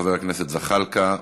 חבר הכנסת זחאלקה,